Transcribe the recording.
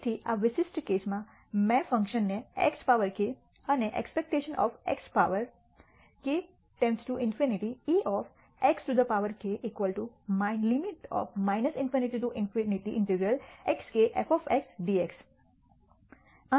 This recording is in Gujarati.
તેથી આ વિશિષ્ટ કેસમાં મેં ફંકશનને x પાવર k અને expectation of X power kE xk ∞∞ xk f dx